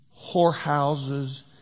whorehouses